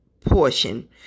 portion